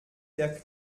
der